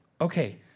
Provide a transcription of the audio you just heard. Okay